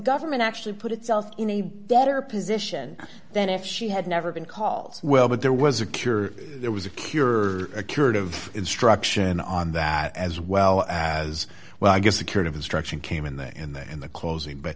government actually put itself in a better position than if she had never been called well but there was a cure there was a cure a curative instruction on that as well as well i guess the cured of instruction came in the in the in the closing but